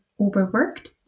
overworked